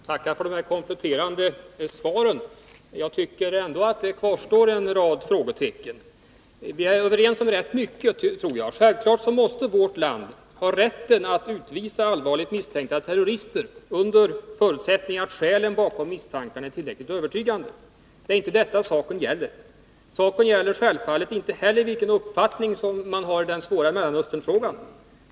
Herr talman! Jag ber att få tacka för de kompletterande svaren, men jag tycker ändå att det kvarstår en del frågetecken. Jag tror att vi är överens om ganska mycket. Självfallet måste vårt land ha rätt att utvisa allvarligt misstänkta terrorister, under förutsättning att skälen bakom misstankarna är tillräckligt övertygande. Det är inte detta som saken gäller. Saken gäller självfallet inte heller vilken uppfattning man har i den svåra Mellanösternfrågan.